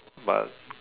but